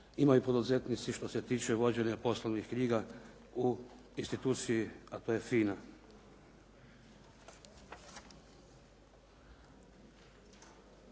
imaju poduzetnici što se tiče vođenja poslovnih knjiga u instituciji, a to je FINA.